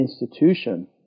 institution